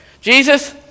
Jesus